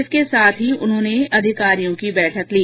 इसके साथ ही उन्होने अधिकारियों की बैठक ली